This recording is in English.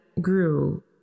grew